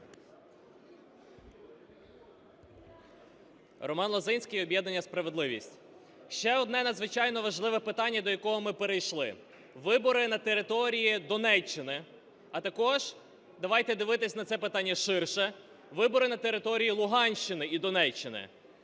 Роман Лозинський, об'єднання "Справедливість". Ще одне надзвичайно важливе питання, до якого ми перейшли, – вибори на території Донеччини, а також давайте дивитись на це питання ширше – вибори на території Луганщини і Донеччини,